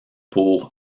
pour